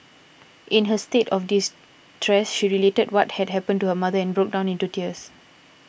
in her state of distress she related what had happened to her mother and broke down in tears